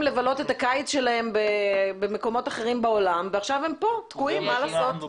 לבלות את הקיץ שלהם במקומות אחרים בעולם ועכשיו הם תקועים כאן.